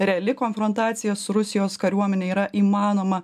reali konfrontacijos su rusijos kariuomene yra įmanoma